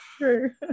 true